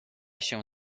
się